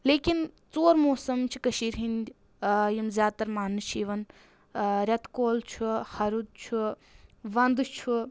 لیٚکِن ژور موسم چھِ کٔشیٖرِ ہِنٛدۍ یِم زیادٕ تر ماننہٕ چھِ یِوان رؠتہٕ کول چھُ ہَرُد چھُ ونٛدٕ چھُ